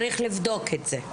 צריך לבדוק את זה.